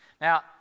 Now